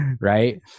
right